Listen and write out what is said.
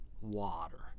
water